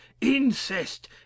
incest